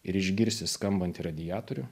ir išgirsi skambantį radiatorių